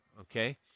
Okay